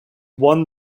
won